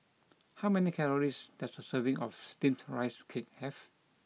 how many calories does a serving of Steamed Rice Cake have